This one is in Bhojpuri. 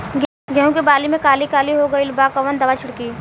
गेहूं के बाली में काली काली हो गइल बा कवन दावा छिड़कि?